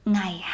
Ngày